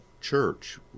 church